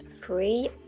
free